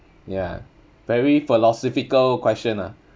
ya very philosophical question ah